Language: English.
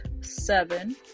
seven